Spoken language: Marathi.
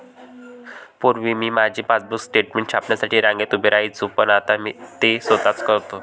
पूर्वी मी माझे पासबुक स्टेटमेंट छापण्यासाठी रांगेत उभे राहायचो पण आता ते स्वतः करतो